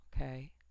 Okay